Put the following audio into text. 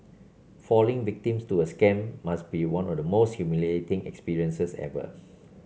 falling victims to a scam must be one of the most humiliating experiences ever